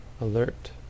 alert